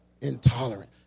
Intolerant